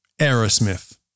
Aerosmith